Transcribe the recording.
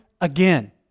again